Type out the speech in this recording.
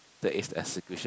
that is execution